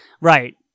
Right